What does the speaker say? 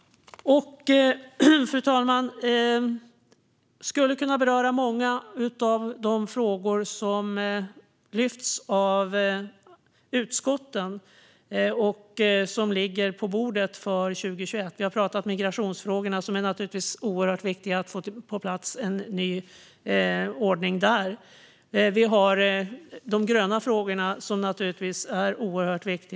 Fru talman! Jag skulle kunna beröra många av de frågor som lyfts av utskotten och som ligger på bordet för 2021. Vi har pratat om migrationsfrågorna. Det är oerhört viktigt att få på plats en ny ordning där. Vi har de gröna frågorna och återhämtningen efter pandemin.